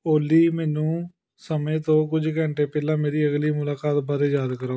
ਓਲੀ ਮੈਨੂੰ ਸਮੇਂ ਤੋਂ ਕੁਝ ਘੰਟੇ ਪਹਿਲਾਂ ਮੇਰੀ ਅਗਲੀ ਮੁਲਾਕਾਤ ਬਾਰੇ ਯਾਦ ਕਰਾਓ